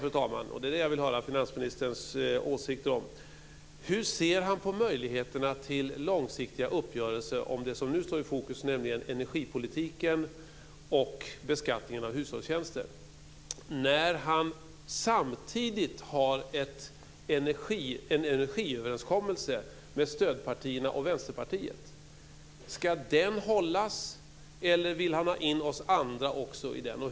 Hur ser finansministern på möjligheterna till långsiktiga uppgörelser om det som nu står i fokus, nämligen energipolitiken och beskattningen av hushållstjänster, när finansministern samtidigt har en energiöverenskommelse med stödpartierna och Vänsterpartiet? Ska den hållas eller vill finansministern ha in oss andra också i den?